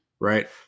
right